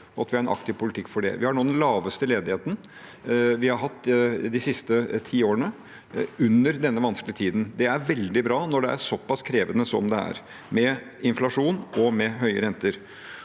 og at vi har en aktiv politikk for det. Vi har nå den laveste ledigheten som har vært de siste ti årene – under denne vanskelige tiden. Det er veldig bra når det er såpass krevende som det er, med inflasjon og høye renter.